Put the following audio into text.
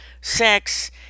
sex